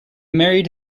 married